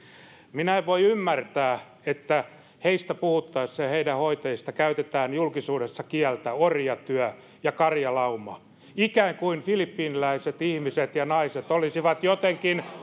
minä en voi ymmärtää että heistä ja heidän hoitajistaan puhuttaessa käytetään julkisuudessa kieltä orjatyö ja karjalauma ikään kuin filippiiniläiset ihmiset ja naiset olisivat jotenkin